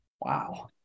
Wow